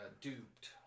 duped